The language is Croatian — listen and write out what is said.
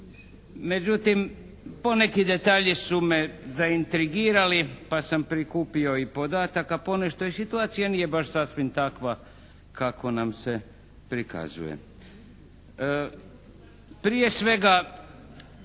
Međutim poneki detalji su me zaintrigirali pa sam prikupio i podataka. Ponešto i situacija nije baš sasvim takva kako nam se prikazuje. Prije svega